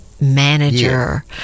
manager